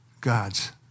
God's